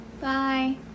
Bye